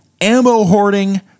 ammo-hoarding